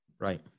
Right